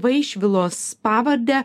vaišvilos pavardę